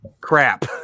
Crap